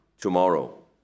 tomorrow